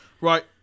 right